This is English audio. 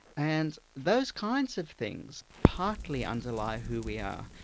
and those kinds of things partly underlie who we are,